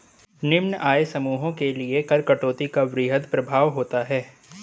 निम्न आय समूहों के लिए कर कटौती का वृहद प्रभाव होता है